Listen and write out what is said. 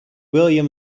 william